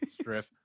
strip